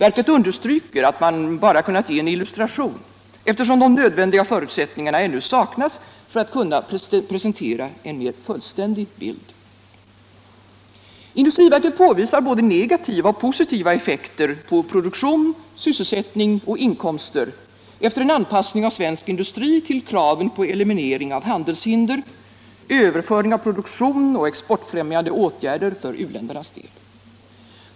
Verket understryker att man bara kunnat ge en illustration, eftersom de nödvändiga förutsättningarna ännu saknas för att man skall kunna presentera en mer fullständig bild. Industriverket påvisar både negativa och positiva effekter på produktion, sysselsättning och inkomster efter en anpassning av svensk industri till kraven på eliminering av handelshinder, överföring av produktion och exportfrämjande åtgärder för u-ländernas del.